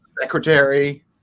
secretary